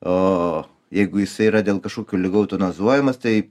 o jeigu jisai yra dėl kažkokių ligų eutanazuojamas tai